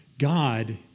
God